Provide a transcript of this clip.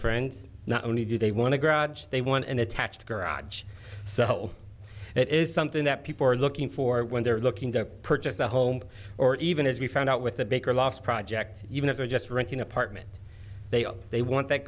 friends not only do they want to grab they want an attached garage so it is something that people are looking for when they're looking to purchase a home or even as we found out with the baker last project even if they're just renting apartments they are they want that